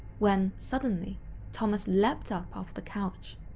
when suddenly thomas leapt up off the couch.